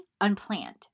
unplanned